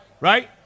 right